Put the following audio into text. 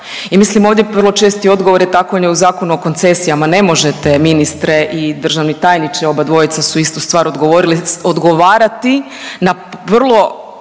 i mislim ovdje vrlo česti odgovor je, tako je u Zakonu o koncesijama, ne možete, ministre i državni tajniče, obadvojica su istu stvar odgovorili, odgovarati na vrlo